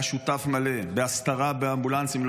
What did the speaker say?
היה שותף מלא בהסתרה באמבולנסים,